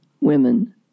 women